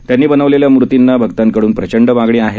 त्यांनी बनवलेल्या मूर्तीना भक्तांकडून प्रचंड मागणी आहे